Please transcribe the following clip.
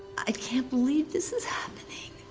i can't believe this is happening.